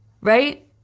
Right